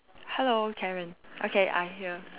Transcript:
hello Karen okay I'm here